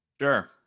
Sure